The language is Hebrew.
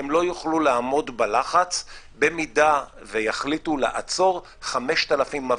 הם לא יוכלו לעמוד בלחץ במידה ויחליטו לעצור 5,000 מפגינים.